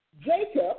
Jacob